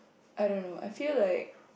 I don't know I feel like